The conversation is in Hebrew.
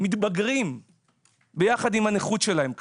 מתבגרים ביחד עם הנכות שלהם,